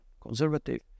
conservative